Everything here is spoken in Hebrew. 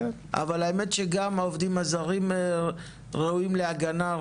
אבל האמת שגם העובדים הזרים ראויים להגנה,